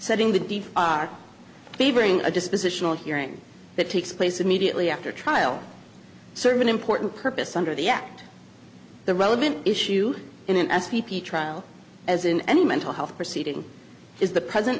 setting the are favoring a dispositional hearing that takes place immediately after trial serve an important purpose under the act the relevant issue in s p p trial as in any mental health proceeding is the present